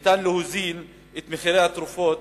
ניתן יהיה להוזיל את מחירי התרופות,